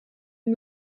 une